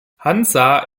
hansa